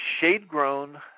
shade-grown